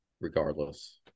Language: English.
regardless